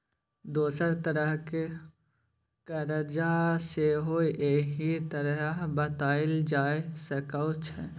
दोसर तरहक करजा सेहो एहि तरहें बताएल जा सकै छै